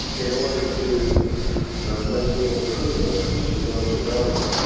in order to make real improvement to those around it,